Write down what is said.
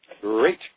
Great